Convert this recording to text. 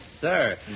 sir